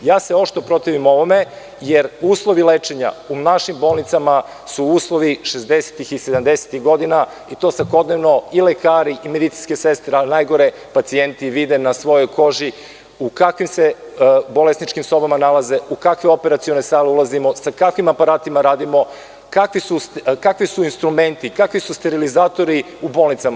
Oštro se protivim ovome, jer uslovi lečenja u našim bolnicama su uslovi šezdesetih i sedamdesetih godina i to svakodnevno i lekari i medicinske sestre, a najgore pacijenti vide na svojoj koži u kakvim se bolesničkim sobama nalaze, u kakve operacione sale ulaze, sa kakvim aparatima radimo, kakvi su instrumenti, kakvi su sterilizatori u bolnicama.